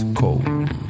cold